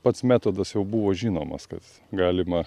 pats metodas jau buvo žinomas kad galima